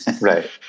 Right